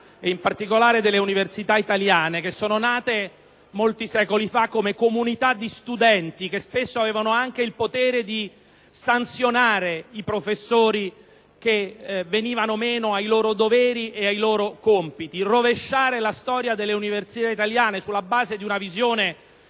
e in particolare delle università italiane che sono nate molti secoli fa come comunità di studenti, che spesso avevano anche il potere di sanzionare i professori che venivano meno ai loro doveri e ai loro compiti. Rovesciare la storia delle università italiane sulla base di una visione